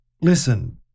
Listen